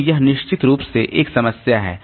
तो यह निश्चित रूप से एक समस्या है